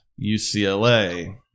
UCLA